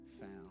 found